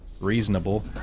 reasonable